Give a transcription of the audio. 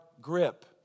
grip